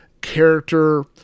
character